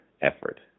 effort